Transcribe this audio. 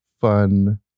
fun